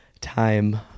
time